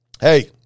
Hey